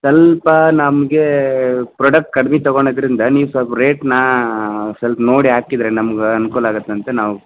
ಸಲ್ಪ ನಮಗೆ ಪ್ರೊಡಕ್ಟ್ ಕಡಿಮೆ ತಗೊಳೋದರಿಂದ ನೀವು ಸೊಲ್ಪ ರೇಟ್ನಾ ಸೊಲ್ಪ ನೋಡಿ ಹಾಕಿದ್ರೆ ನಮ್ಗ ಅನುಕೂಲ ಆಗತ್ತೆ ಅಂತ ನಾವು